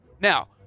Now